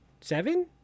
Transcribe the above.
seven